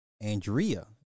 Andrea